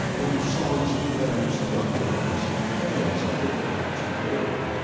on the sides of fells and uplands hares are difficult to kill.